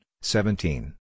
seventeen